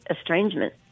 estrangement